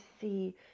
see